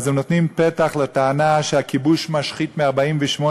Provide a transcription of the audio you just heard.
הם נותנים פתח לטענה שהכיבוש משחית מ-1948,